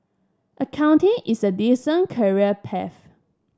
accounting is a decent career path